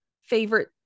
favorite